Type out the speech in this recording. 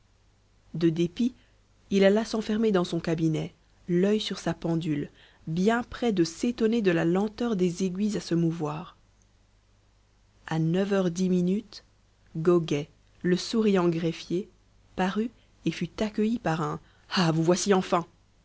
du dépit il alla s'enfermer dans son cabinet l'œil sur sa pendule bien près de s'étonner de la lenteur des aiguilles à se mouvoir à neuf heures dix minutes goguet le souriant greffier parut et fut accueilli par un ah vous voici enfin